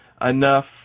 enough